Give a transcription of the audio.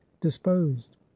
disposed